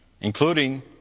including